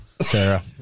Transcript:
Sarah